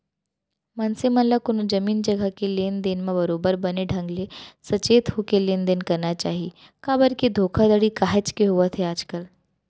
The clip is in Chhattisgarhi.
मनसे मन ल कोनो जमीन जघा के लेन देन म बरोबर बने ढंग के सचेत होके लेन देन करना चाही काबर के धोखाघड़ी काहेच के होवत हे आजकल